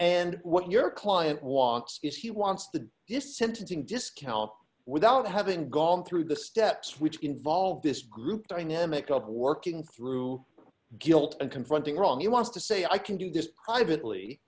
and what your client wants is he wants to just sentencing discount without having gone through the steps which involve this group dynamic of working through guilt and confronting wrong he wants to say i can do this privately